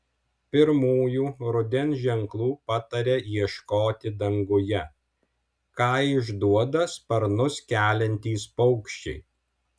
pirmųjų rudens ženklų pataria ieškoti danguje ką išduoda sparnus keliantys paukščiai